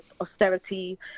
austerity